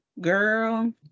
girl